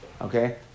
okay